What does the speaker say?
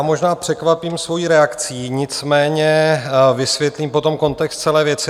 Možná překvapím svojí reakcí, nicméně vysvětlím potom kontext celé věci.